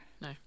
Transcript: no